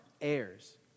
heirs